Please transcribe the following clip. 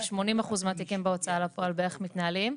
80% מהתיקים בהוצאה לפועל בערך מתנהלים,